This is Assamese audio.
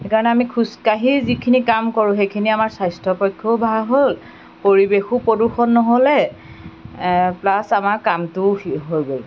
সেইকাৰণে আমি খোজকাঢ়িয়ে যিখিনি কাম কৰোঁ সেইখিনি আমাৰ স্বাস্থ্য়ৰ পক্ষেও ভাল হ'ল পৰিৱেশো প্ৰদূষণ নহ'লে প্লাছ আমাৰ কামটোও হৈ গ'ল